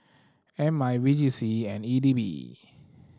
M I V J C and E D B